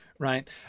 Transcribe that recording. Right